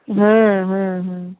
હમ્મ હમ્મ હમ્મ